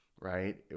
right